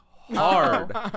hard